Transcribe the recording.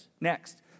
Next